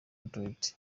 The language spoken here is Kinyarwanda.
authority